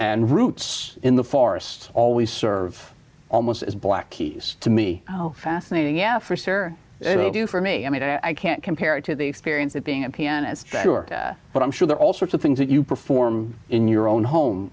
and roots in the forests always serve almost as black keys to me fascinating yeah it will do for me i mean i can't compare it to the experience of being a pianist but i'm sure there are all sorts of things that you perform in your own home